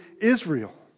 Israel